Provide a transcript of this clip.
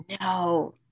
No